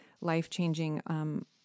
life-changing